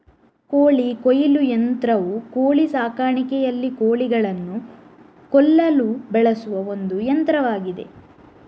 ಕೋಳಿ ಕೊಯ್ಲು ಯಂತ್ರವು ಕೋಳಿ ಸಾಕಾಣಿಕೆಯಲ್ಲಿ ಕೋಳಿಗಳನ್ನು ಕೊಲ್ಲಲು ಬಳಸುವ ಒಂದು ಯಂತ್ರವಾಗಿದೆ